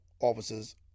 officers